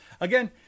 again